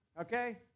Okay